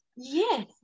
Yes